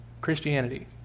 Christianity